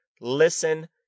Listen